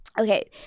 Okay